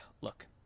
look